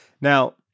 Now